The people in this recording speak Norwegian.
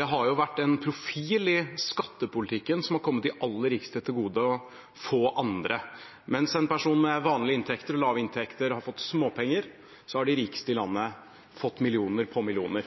har vært en profil i skattepolitikken som har kommet de aller rikeste til gode, og få andre. Mens personer med vanlig inntekt og lav inntekt har fått småpenger, har de rikeste i landet fått millioner på millioner.